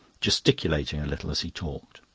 gesticulating a little as he talked.